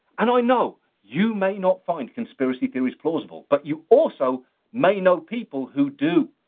and i know you may not find conspiracy theories plausible, but you also may know people who do.